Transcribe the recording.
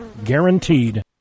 Guaranteed